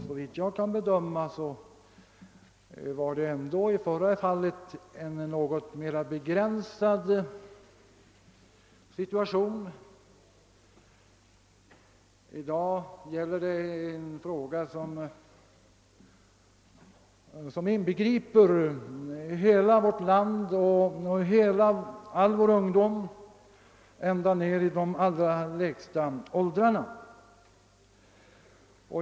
Såvitt jag kan bedöma var det i det förra fallet fråga om mera begränsade verkningar. I dag gäller det något som angår hela vårt land och all vår ungdom ända ned till de lägsta åldrarna.